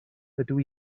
dydw